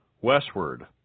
westward